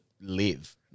live